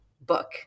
book